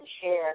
share